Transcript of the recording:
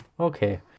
okay